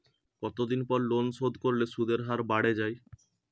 কতদিন পর লোন শোধ করলে সুদের হার বাড়ে য়ায়?